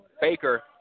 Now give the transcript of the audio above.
Baker